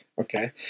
Okay